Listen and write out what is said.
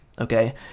okay